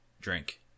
drink